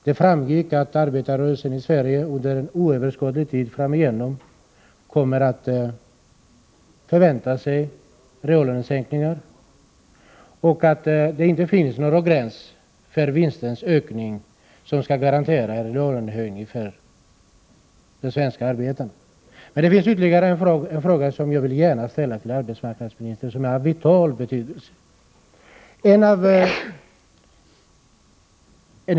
Det framgick också att arbetarrörelsen i Sverige under oöverskådlig tid måste förvänta sig reallönesänkningar och att det inte finns någon gräns för vinsternas ökning som skall garantera reallönehöjningar för de svenska arbetarna. Det finns ytterligare en fråga som jag gärna vill ställa till arbetsmarknadsministern och som är av vital betydelse.